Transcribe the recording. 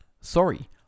Sorry